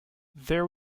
there